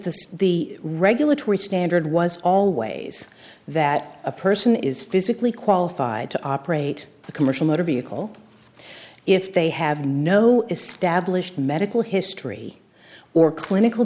the the regulatory standard was always that a person is physically qualified to operate the commercial motor vehicle if they have no established medical history or clinical